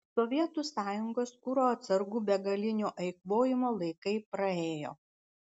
sovietų sąjungos kuro atsargų begalinio eikvojimo laikai praėjo